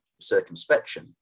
circumspection